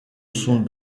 sont